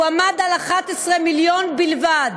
הסכום עמד על 11 מיליון בלבד.